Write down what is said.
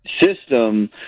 system